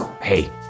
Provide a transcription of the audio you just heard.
hey